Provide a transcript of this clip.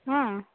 ஆ